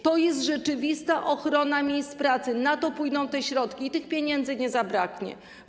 To jest rzeczywista ochrona miejsc pracy, na to pójdą te środki i tych pieniędzy nie zabraknie.